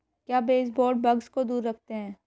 क्या baseboard bugs को दूर रखते हैं?